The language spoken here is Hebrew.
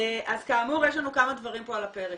אז כאמור יש לנו פה כמה דברים על הפרק.